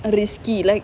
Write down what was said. riksy like